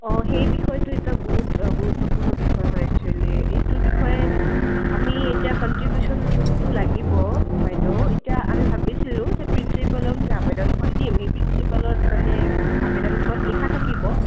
অঁ সেই বিষয়টো এতিয়া বহুত গুৰুত্বপূৰ্ণ বিষয় হয় একচুৱেলি এইটোৰ বিষয়ে আমি এতিয়া কণ্ট্ৰিবিউশ্যনটো লাগিব বাইদেউ এতিয়া আমি ভাবিছিলোঁ যে প্ৰিন্সিপালক যে আবেদনখন দিম সেই প্ৰিন্সিপালক মানে আবেদনখনত লিখা থাকিব